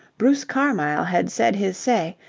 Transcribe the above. bruce carmyle had said his say,